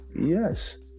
yes